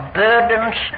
burdens